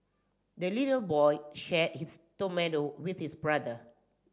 the little boy shared his tomato with his brother